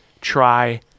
try